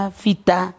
fita